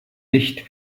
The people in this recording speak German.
nicht